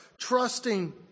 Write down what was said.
Trusting